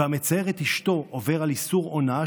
"והמצער את אשתו עובר על איסור אונאה,